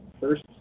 first